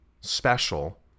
special